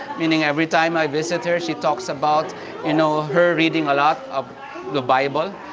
meaning every time i visit her she talks about you know her reading a lot of the bible,